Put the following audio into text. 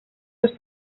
les